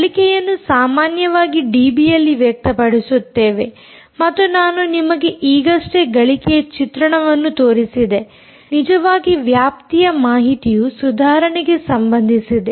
ಗಳಿಕೆಯನ್ನು ಸಾಮಾನ್ಯವಾಗಿ ಡಿಬಿ ಯಲ್ಲಿ ವ್ಯಕ್ತಪಡಿಸುತ್ತೇವೆ ಮತ್ತು ನಾನು ನಿಮಗೆ ಈಗಷ್ಟೇ ಗಳಿಕೆಯ ಚಿತ್ರಣವನ್ನು ತೋರಿಸಿದೆ ನಿಜವಾಗಿ ವ್ಯಾಪ್ತಿಯ ಮಾಹಿತಿಯ ಸುಧಾರಣೆಗೆ ಸಂಬಂಧಿಸಿದೆ